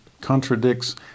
contradicts